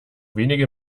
wenige